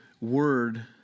word